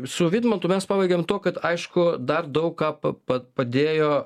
su vidmantu mes pabaigėm tuo kad aišku dar daug ką pa pa padėjo